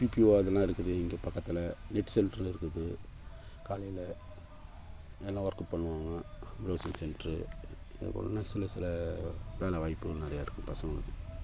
BPO அதெலாம் இருக்குது இங்கே பக்கத்தில் நெட் செண்ட்ரு இருக்குது காலையில் எல்லா ஒர்க்கும் பண்ணுவாங்க ப்ரௌஸிங் செண்ட்ரு இதே போலேனா சில சில வேலை வாய்ப்புகளும் நிறையா இருக்குது பசங்களுக்கு